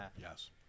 Yes